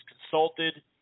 consulted